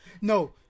No